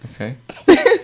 okay